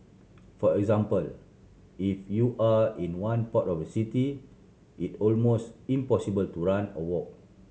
for example if you are in one port of the city it almost impossible to run or walk